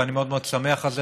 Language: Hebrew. ואני מאוד מאוד שמח על זה.